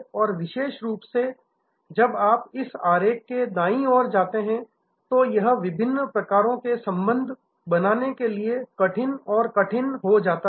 और विशेष रूप से जब आप इस आरेख के दाईं ओर जाते हैं तो यह विभिन्न प्रकारों के संबंध बनाने के लिए कठिन और कठिन हो जाता है